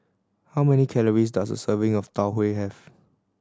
how many calories does a serving of Tau Huay have